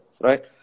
right